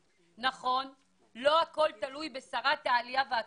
נכון, לא הכול תלוי בשרת העלייה והקליטה.